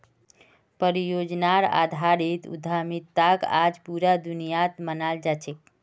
परियोजनार आधारित उद्यमिताक आज पूरा दुनियात मानाल जा छेक